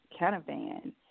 Canavan